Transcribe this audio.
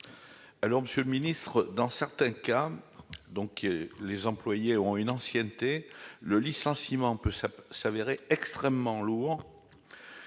Monsieur le ministre, dans certains cas, donc les employées ont une ancienneté le licenciement peut, ça peut s'avérer extrêmement lourd